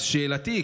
אז שאלתי,